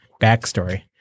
backstory